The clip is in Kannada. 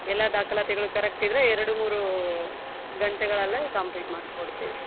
ಎಲ್ಲ ದಾಖಲಾತಿಗಳು ಕರೆಕ್ಟಿದ್ದರೆ ಎರಡು ಮೂರು ಗಂಟೆಗಳಲ್ಲೇ ಕಂಪ್ಲೀಟ್ ಮಾಡಿಕೊಡ್ತೀವಿ